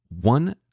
one